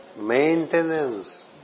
maintenance